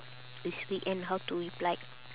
it's weekend how to reply